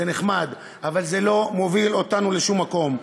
זה נחמד, אבל זה לא מוביל אותנו לשום מקום.